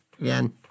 again